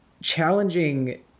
Challenging